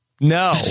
No